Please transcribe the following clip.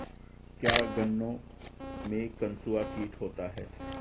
क्या गन्नों में कंसुआ कीट होता है?